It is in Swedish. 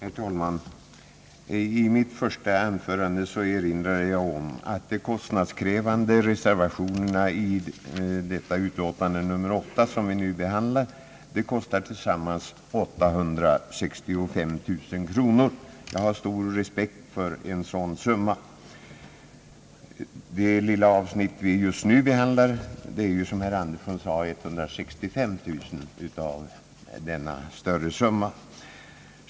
Herr talman! I mitt första anförande erinrade jag om att de kostnadskrävande reservationerna i detta utlåtande nr 8 som vi nu behandlar kostar tillsammans 865 000 kronor. Jag har stor respekt för en sådan summa. Det lilla avsnitt som vi just nu behandlar rör sig, som herr Axel Andersson nämnde, om 165 000 kronor av denna större summa.